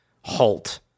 halt